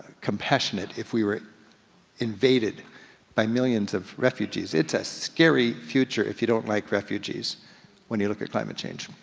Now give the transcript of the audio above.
compassionate if we were invaded by millions of refugees. it's a scary future if you don't like refugees when you look at climate change.